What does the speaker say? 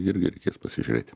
irgi reikės pasižiūrėti